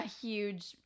huge